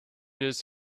his